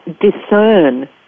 discern